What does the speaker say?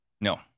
No